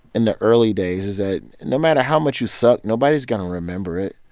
in the early days is that no matter how much you suck, nobody's going to remember it.